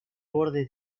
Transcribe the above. borde